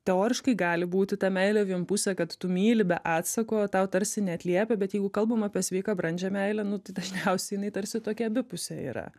teoriškai gali būti ta meilė vienpusė kad tu myli be atsako tau tarsi neatliepia bet jeigu kalbam apie sveiką brandžią meilę nu tai dažniausiai jinai tarsi tokia abipusė yra